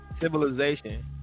civilization